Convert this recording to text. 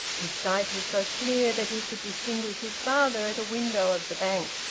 his sight was so clear that he could distinguish his father at a window of the bank,